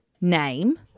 name